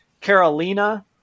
Carolina